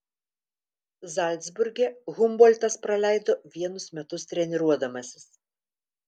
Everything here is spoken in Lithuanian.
zalcburge humboltas praleido vienus metus treniruodamasis